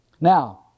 Now